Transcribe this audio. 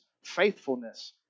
Faithfulness